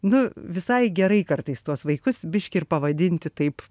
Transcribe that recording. nu visai gerai kartais tuos vaikus biškį ir pavadinti taip